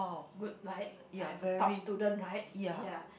good right I'm top student right ya